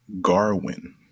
Garwin